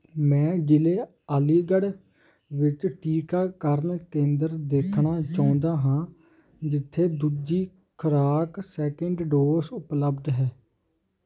ਮੈਂ ਜ਼ਿਲ੍ਹੇ ਅਲੀਗੜ੍ਹ ਵਿੱਚ ਟੀਕਾਕਰਨ ਕੇਂਦਰ ਦੇਖਣਾ ਚਾਹੁੰਦਾ ਹਾਂ ਜਿੱਥੇ ਦੂਜੀ ਖੁਰਾਕ ਸੈਕਿੰਡ ਡੋਜ਼ ਉਪਲਬਧ ਹੈ